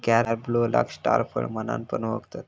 कॅरम्बोलाक स्टार फळ म्हणान पण ओळखतत